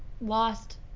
lost